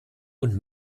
und